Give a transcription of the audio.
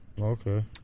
Okay